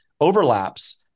overlaps